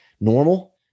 normal